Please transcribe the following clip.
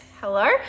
hello